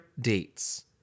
dates